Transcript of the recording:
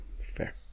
fair